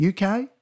UK